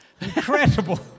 Incredible